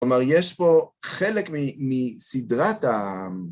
‫כלומר, יש פה חלק מסדרת ה...